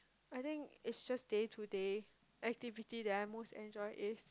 I think it's just day to day activity that I most enjoy if